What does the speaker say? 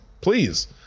please